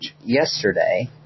yesterday